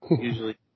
usually